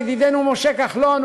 ידידנו משה כחלון,